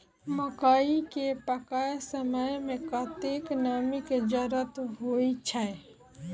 मकई केँ पकै समय मे कतेक नमी केँ जरूरत होइ छै?